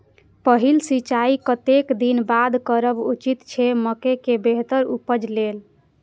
पहिल सिंचाई कतेक दिन बाद करब उचित छे मके के बेहतर उपज लेल?